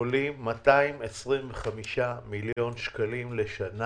עולים 225 מיליון שקלים לשנה.